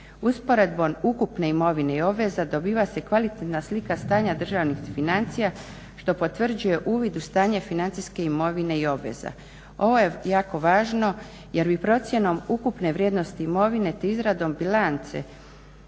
Usporedbom ukupne imovine i obveza dobiva se kvalitetna slika stanja državnih financija što potvrđuje uvid u stanje financijske imovine i obveza. Ovo je jako važno jer bi procjenom ukupne vrijednosti imovine te izradom bilance